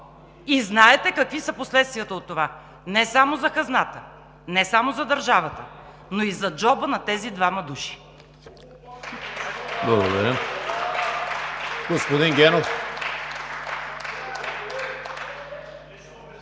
и знаете какви са последствията от това не само за хазната, не само за държавата, но и за джоба на тези двама души.